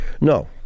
No